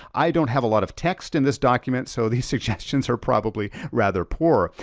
i don't have a lot of text in this document so these suggestions are probably rather poor.